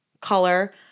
color